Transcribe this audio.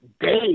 day